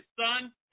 son